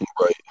Right